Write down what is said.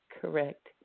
correct